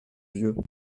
vieux